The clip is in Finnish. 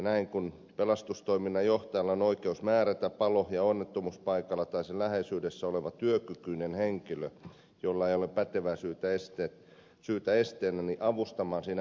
näin pelastustoiminnan johtajalla on oikeus määrätä palo ja onnettomuuspaikalla tai sen läheisyydessä oleva työkykyinen henkilö jolla ei ole pätevää syytä esteenä avustamaan pelastustoimessa